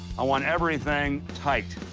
i want everything tight.